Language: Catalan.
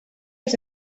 has